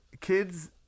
kids